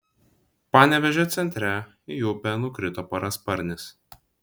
panevėžio centre į upę nukrito parasparnis